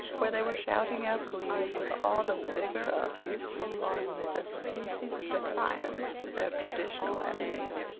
where they were shouting out glees with all the vigor of youthful lungs, as a species of defiance to their traditional enemies,